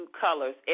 colors